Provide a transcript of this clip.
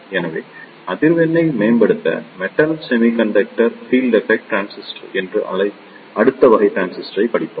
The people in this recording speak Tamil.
எனவே அதிர்வெண்ணை மேம்படுத்த metal semiconductor field effect transistor என்று அடுத்த வகை டிரான்சிஸ்டரைப் படித்தோம்